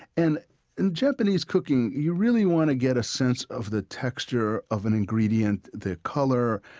and in japanese cooking, you really want to get a sense of the texture of an ingredient, the color,